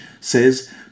says